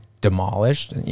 demolished